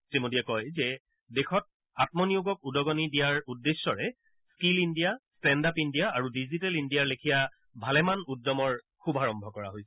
শ্ৰী মোদীয়ে কয় যে দেশত আমনিয়োগক উদগনি দিয়াৰ উদ্দেশ্যেৰে skill India stand up India আৰু ডিজিটেল ইণ্ডিয়াৰ লেখীয়া ভালেমান উদ্যমৰ শুভাৰম্ভ কৰা হৈছে